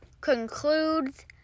concludes